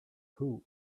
who